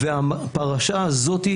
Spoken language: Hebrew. והפרשה הזאת,